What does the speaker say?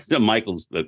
Michael's